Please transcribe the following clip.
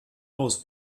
aus